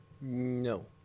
No